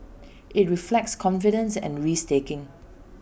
IT reflects confidence and risk taking